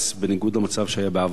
בניגוד למצב שהיה בעבר,